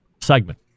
Segment